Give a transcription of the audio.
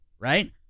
right